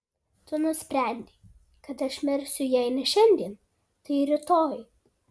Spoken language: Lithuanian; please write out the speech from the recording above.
tu nusprendei kad aš mirsiu jei ne šiandien tai rytoj